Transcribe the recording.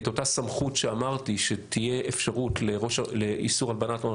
אותה סמכות שאמרתי שתהיה אפשרות לרשות לאיסור הלבנת הון